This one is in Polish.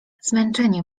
zmęczenie